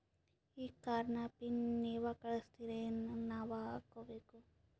ಈ ಕಾರ್ಡ್ ನ ಪಿನ್ ನೀವ ಕಳಸ್ತಿರೇನ ನಾವಾ ಹಾಕ್ಕೊ ಬೇಕು?